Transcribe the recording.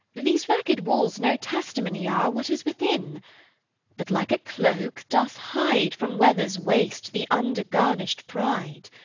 these ragged walls no testimony are, what is within but, like a cloak, doth hide from weather's waste the under garnished pride.